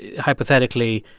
hypothetically,